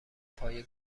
پایه